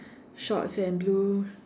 shorts and blue